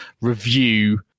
review